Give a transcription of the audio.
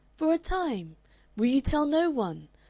for a time will you tell no one?